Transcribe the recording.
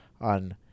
on